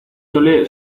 chole